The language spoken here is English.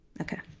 Okay